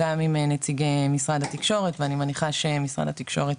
גם עם נציגי משרד התקשורת ואני מניחה שמשרד התקשורת